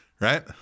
right